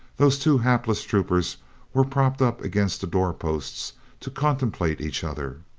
those two hapless troopers were propped up against the door-posts to contemplate each other.